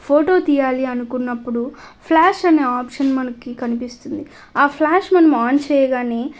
photo తీయాలి అనుకున్నప్పుడు flash అనే ఆప్షన్ మనకు కనిపిస్తుంది ఆ ఫ్లాష్ మనం ఆన్ చేయగానే